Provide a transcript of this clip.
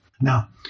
Now